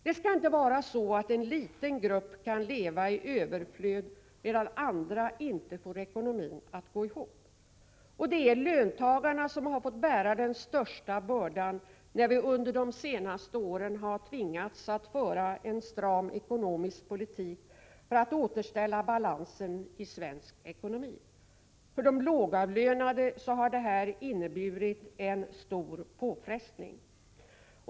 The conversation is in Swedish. Det skall inte vara så att en liten grupp kan leva i överflöd medan andra inte får ekonomin att gå ihop. Det är löntagarna som har fått bära den största bördan, när vi under de senaste åren har tvingats föra en stram ekonomisk politik för att återställa balansen i svensk ekonomi. För de lågavlönade har detta inneburit en stor påfrestning.